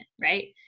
right